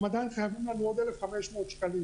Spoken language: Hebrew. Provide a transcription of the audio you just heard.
הם עדין חייבים לנו עוד 1,500 שקלים.